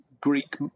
Greek